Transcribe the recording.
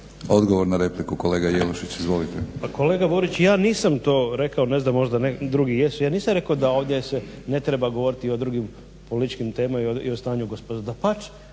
odgovor na repliku, kolega Jelušić. Izvolite. **Jelušić, Ivo (SDP)** Pa kolega Burić, ja nisam to rekao, ne znam možda drugi jesu, ja nisam rekao da ovdje se ne treba govoriti o drugim političkim temama i o stanju u gospodarstvu.